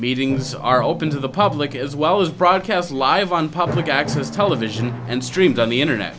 meetings are open to the public as well as broadcast live on public access television and streamed on the internet